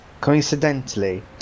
coincidentally